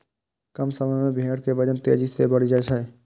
कम समय मे भेड़ के वजन तेजी सं बढ़ि जाइ छै